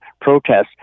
protests